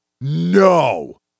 No